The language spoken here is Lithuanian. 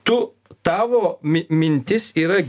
tu tavo mi mintis yra